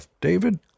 David